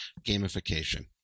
Gamification